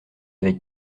avec